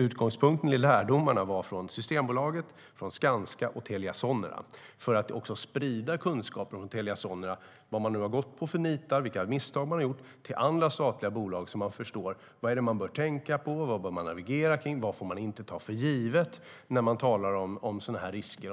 Utgångspunkten var lärdomarna från Systembolaget, Skanska och Telia Sonera och att sprida kunskaperna från Telia Sonera - vilka nitar man har gått på och vilka misstag man har gjort - till andra statliga bolag så att de förstår vad man bör tänka på, hur man bör navigera och vad man inte får ta för givet när